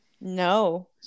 No